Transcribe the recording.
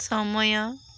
ସମୟ